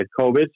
COVID